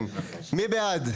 מי בעד?